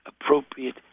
appropriate